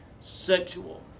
sexual